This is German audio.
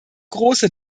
große